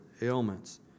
ailments